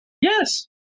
Yes